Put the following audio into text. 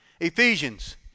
Ephesians